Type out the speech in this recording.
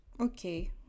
Okay